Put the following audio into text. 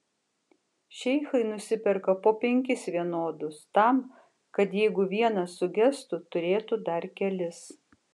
šeichai nusiperka po penkis vienodus tam kad jeigu vienas sugestų turėtų dar kelis